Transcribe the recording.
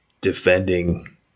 defending